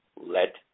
Let